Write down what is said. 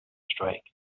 strike